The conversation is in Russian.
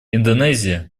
индонезия